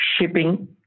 shipping